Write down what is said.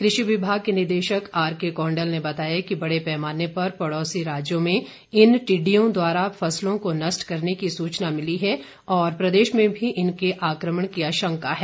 कृषि विभाग के निदेशक आरके कौंडल ने बताया कि बड़े पैमाने पर पड़ौसी राज्यों में इन टिड्डियों द्वारा फसलों को नष्ट करने की सूचना मिली हुई है और प्रदेश में भी इनके आक्रमण की आशंका है